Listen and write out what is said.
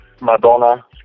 Madonna